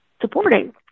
supporting